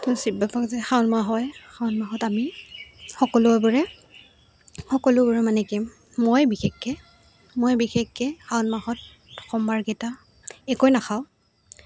তো শিৱ বাবাক যে শাওন মাহ হয় শাওন মাহত আমি সকলোবোৰে সকলোবোৰে মানে কিম মই বিশেষকৈ মই বিশেষকৈ শাওন মাহত সোমবাৰকেইটা একোৱে নাখাওঁ